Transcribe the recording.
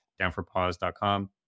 downforpause.com